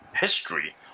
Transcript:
history